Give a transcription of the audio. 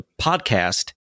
podcast